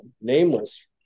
nameless